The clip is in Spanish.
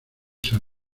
san